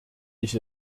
ich